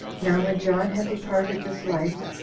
now when john had departed this life,